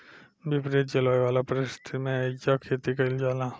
विपरित जलवायु वाला परिस्थिति में एइजा खेती कईल जाला